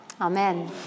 Amen